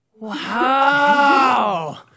Wow